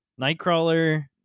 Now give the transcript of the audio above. Nightcrawler